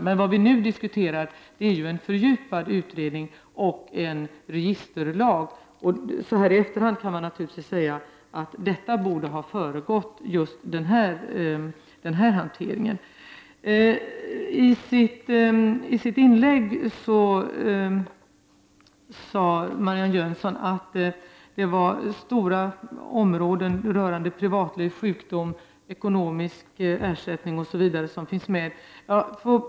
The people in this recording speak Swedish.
Det som vi nu diskuterar är ju en fördjupad utredning och en registerlag. Detta borde ha föregått just den här hanteringen. I sitt inlägg sade Marianne Jönsson att det är stora områden som rör privatliv, sjukdom, ekonomisk ersättning osv., som innefattas.